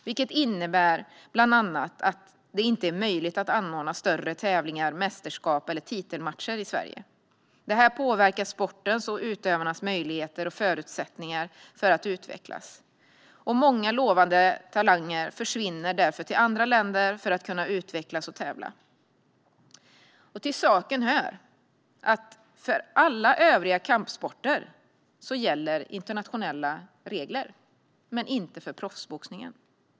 Det betyder bland annat att det inte är möjligt att anordna större tävlingar, mästerskap eller titelmatcher i Sverige. Det påverkar sportens och utövarnas möjligheter och förutsättningar för att utvecklas. Många lovande talanger försvinner därför till andra länder för att kunna utvecklas och tävla. Till saken hör att för alla övriga kampsporter gäller internationella regler, men inte för proffsboxningen.